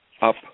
up